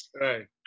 right